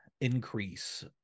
increase